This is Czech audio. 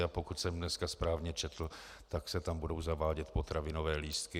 A pokud jsem dneska správně četl, tak se tam budou zavádět potravinové lístky.